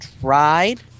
tried